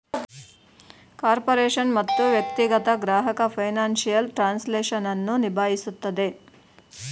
corporation ಮತ್ತು ವ್ಯಕ್ತಿಗತ ಗ್ರಾಹಕ ಫೈನಾನ್ಸಿಯಲ್ ಟ್ರಾನ್ಸ್ಲೇಷನ್ ಅನ್ನು ನಿಭಾಯಿಸುತ್ತದೆ